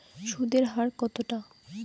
সুদের হার কতটা?